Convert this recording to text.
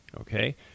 Okay